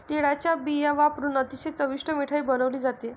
तिळाचा बिया वापरुन अतिशय चविष्ट मिठाई बनवली जाते